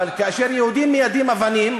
אבל כאשר יהודים מיידים אבנים,